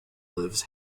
lives